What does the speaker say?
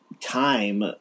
time